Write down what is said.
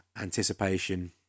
anticipation